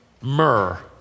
Myrrh